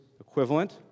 equivalent